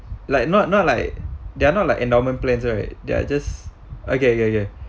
like not not like they are not like endowment plans right they are just okay okay okay